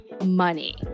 Money